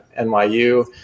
NYU